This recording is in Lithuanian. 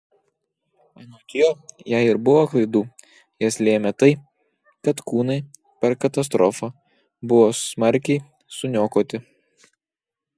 anot jo jei ir buvo klaidų jas lėmė tai kad kūnai per katastrofą buvo smarkiai suniokoti